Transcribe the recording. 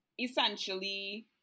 essentially